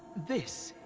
this.